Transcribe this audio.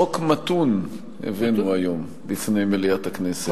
חוק מתון הבאנו היום בפני מליאת הכנסת,